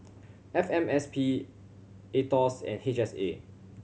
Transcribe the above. F M S P Aetos and H S A